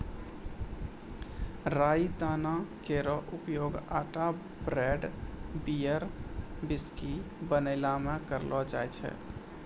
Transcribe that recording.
राई दाना केरो उपयोग आटा ब्रेड, बियर, व्हिस्की बनैला म करलो जाय छै